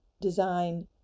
design